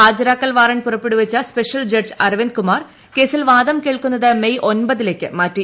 ഹാജരാക്കൽ warrant പുറപ്പെടുവിച്ച special judge Arvind Kumar കേസിൽ വാദം കേൾക്കുന്നത് മെയ് ഒൻപതിലേക്ക് മാറ്റി